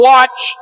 Watch